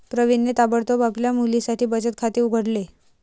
प्रवीणने ताबडतोब आपल्या मुलीसाठी बचत खाते उघडले